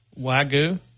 Wagyu